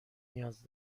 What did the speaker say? نیاز